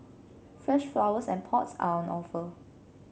fresh flowers and pots are on offer